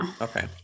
Okay